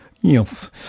yes